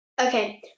Okay